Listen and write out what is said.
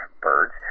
birds